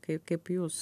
kaip kaip jūs